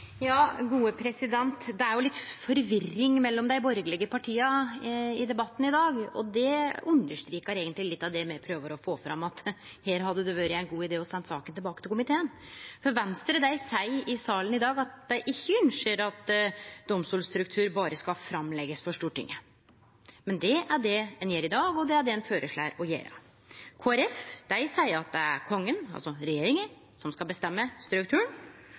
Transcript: litt forvirring mellom dei borgarlege partia i debatten i dag, og det understrekar eigentleg litt av det me prøver å få fram, at her hadde det vore ein god idé å sende saka tilbake til komiteen. Venstre seier i salen i dag at dei ikkje ynskjer at domstolstruktur berre skal leggjast fram for Stortinget. Men det er det ein gjer i dag, og det er det ein føreslår å gjere. Kristeleg Folkeparti seier at det er Kongen, altså regjeringa, som skal bestemme strukturen – og då følgjeleg ikkje Stortinget. Eg vil oppfordre alle som meiner at struktur